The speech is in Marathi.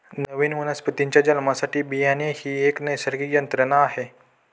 नवीन वनस्पतीच्या जन्मासाठी बियाणे ही एक नैसर्गिक यंत्रणा आहे